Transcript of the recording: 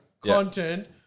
content